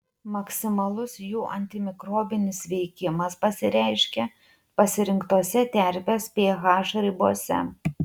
maksimalus jų antimikrobinis veikimas pasireiškia pasirinktose terpės ph ribose